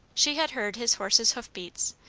she had heard his horse's hoof-beats,